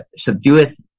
subdueth